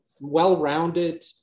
well-rounded